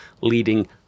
leading